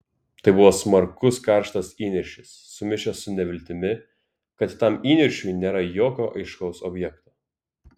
tai buvo smarkus karštas įniršis sumišęs su neviltimi kad tam įniršiui nėra jokio aiškaus objekto